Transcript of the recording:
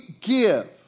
give